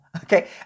okay